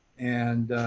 and